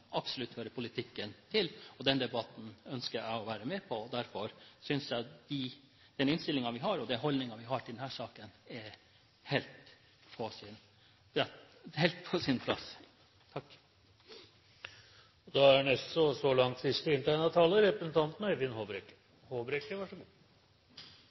absolutt hører politikken til. Den debatten ønsker jeg å være med på, og derfor synes jeg den innstillingen vi har, og den holdningen vi har til denne saken, er helt på sin